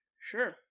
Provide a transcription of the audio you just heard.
Sure